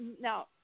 now